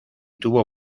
tuvo